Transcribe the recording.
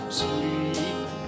sweet